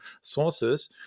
sources